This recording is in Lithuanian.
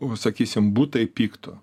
vat sakysim butai pigtų